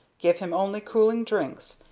give him only cooling drinks,